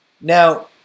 Now